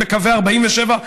לא לערביי ישראל.